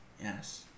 Yes